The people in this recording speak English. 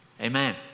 Amen